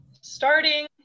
starting